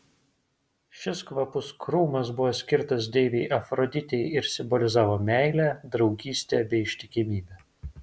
šis kvapus krūmas buvo skirtas deivei afroditei ir simbolizavo meilę draugystę bei ištikimybę